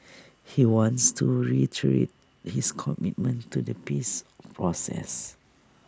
he wants to reiterate his commitment to the peace process